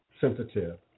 sensitive